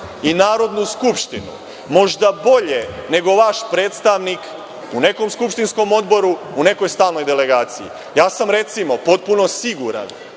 i Narodnu skupštinu, možda bolje, nego vaš predstavnik u nekom skupštinskom odboru, u nekoj stalnoj delegaciji. Ja sam, recimo, potpuno siguran